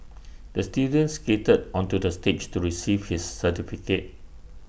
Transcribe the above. the student skated onto the stage to receive his certificate